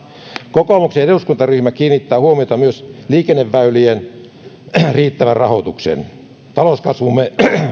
kokoomuksen eduskuntaryhmä kiinnittää huomiota myös liikenneväylien riittävään rahoitukseen talouskasvumme